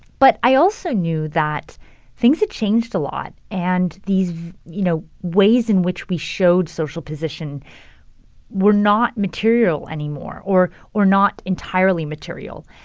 but i also knew that things had changed a lot, and these, you know, ways in which we showed social position were not material anymore or or not entirely material.